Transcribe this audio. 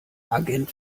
agent